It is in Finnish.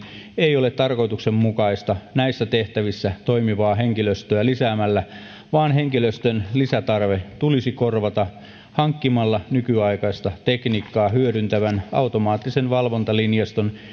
ei ole tarkoituksenmukaista näissä tehtävissä toimivaa henkilöstöä lisäämällä vaan henkilöstön lisätarve tulisi korvata hankkimalla nykyaikaista tekniikkaa hyödyntävän automaattisen valvontalinjaston